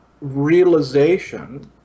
realization